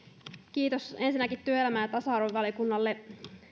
kiitos ensinnäkin työelämä ja tasa arvovaliokunnalle